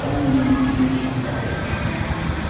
pauliui jasiukaičiui